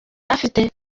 afite